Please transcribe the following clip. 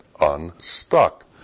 unstuck